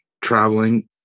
traveling